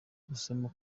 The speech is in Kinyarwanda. gusama